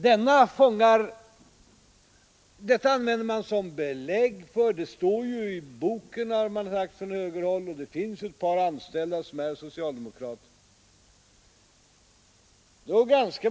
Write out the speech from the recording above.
Den saken använder man nu på högerhåll på det sättet att man säger i debatten: Det står ju i boken att ett sådant samband förekommer och att ett par av de anställda är socialdemokrater.